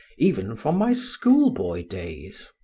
even from my schoolboy days.